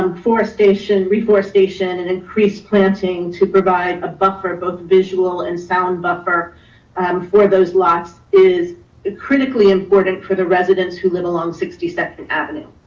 um forestation, reforestation, and increased planting to provide a buffer, both visual and sound buffer um for those lots is ah critically important for the residents who live along sixty second avenue.